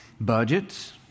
budgets